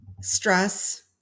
stress